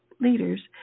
leaders